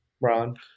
Ron